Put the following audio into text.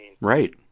Right